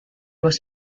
was